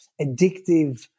addictive